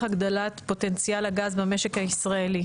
הגדלת פוטנציאל הגז במשק הישראלי,